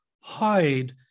hide